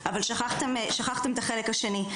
אבל שכחתם את החלק השני.